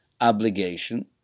obligation